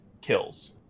kills